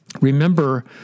Remember